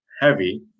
heavy